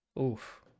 Oof